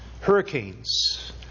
hurricanes